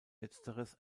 letzteres